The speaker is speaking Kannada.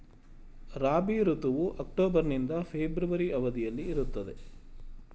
ರಾಬಿ ಋತುವು ಅಕ್ಟೋಬರ್ ನಿಂದ ಫೆಬ್ರವರಿ ಅವಧಿಯಲ್ಲಿ ಇರುತ್ತದೆ